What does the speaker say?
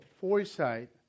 foresight